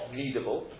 needable